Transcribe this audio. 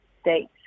states